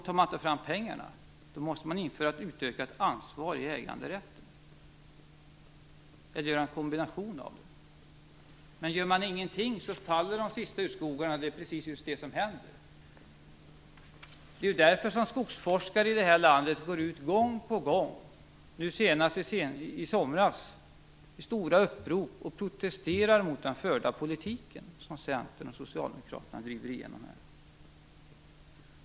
Tar man inte fram pengar måste man införa utökat ansvar i äganderätten, eller en kombination av dessa. Men gör man ingenting faller de sista urskogarna. Det är precis vad som händer. Det är därför som skogsforskare i det här landet gång på gång - senast i somras - går ut och i stora upprop protesterar mot den politik som Centern och Socialdemokraterna driver igenom.